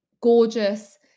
gorgeous